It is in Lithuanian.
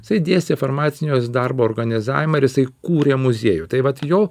jisai dėstė farmacinios darbo organizavimą ir jisai kūrė muziejų taip vat jo